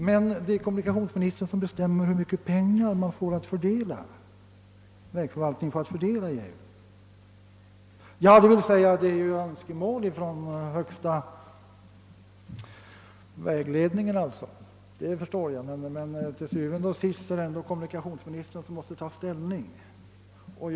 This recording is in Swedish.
Det är emellertid kommunikationsminstern som bestämmer hur mycket pengar vägförvaltningen i Gävle får att fördela. Även om äskandena naturligtvis kommer ' från: den högsta vägledningen i landet är det ändå till syvende og sidst kommunikationsministern som har att ta ställning i detta avseende.